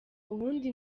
uwundi